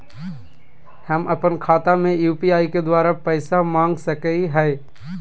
हम अपन खाता में यू.पी.आई के द्वारा पैसा मांग सकई हई?